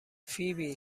فیبی